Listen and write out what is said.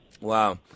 Wow